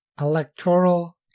electoral